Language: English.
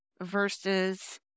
versus